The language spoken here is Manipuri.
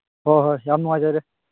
ꯍꯣꯏ ꯍꯣꯏ ꯌꯥꯝ ꯅꯨꯡꯉꯥꯏꯖꯔꯦ